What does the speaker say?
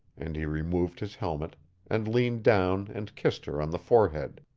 and he removed his helmet and leaned down and kissed her on the forehead.